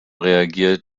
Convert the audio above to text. reagiert